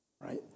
right